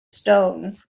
stone